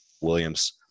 Williams